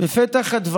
עם מפקדת